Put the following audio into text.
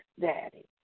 Daddy